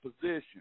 position